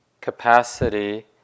capacity